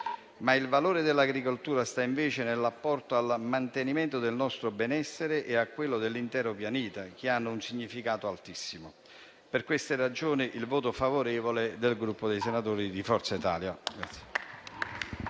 Ma il valore dell'agricoltura sta invece nell'apporto al mantenimento del nostro benessere e di quello dell'intero pianeta, che hanno un significato altissimo. Per queste ragioni, annuncio il voto favorevole del Gruppo dei senatori di Forza Italia.